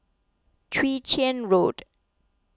Chwee Chian Road